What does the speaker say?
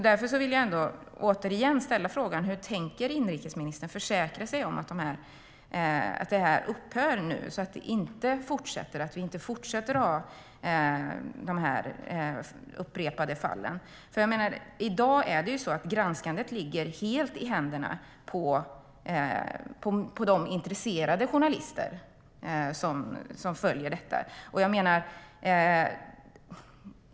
Därför vill jag återigen fråga: Hur tänker inrikesministern försäkra sig om att det här upphör, så att vi inte fortsätter ha de här upprepade fallen? I dag är det nämligen så att granskandet ligger helt i händerna på de intresserade journalister som följer detta.